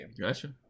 Gotcha